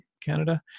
Canada